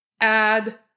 Add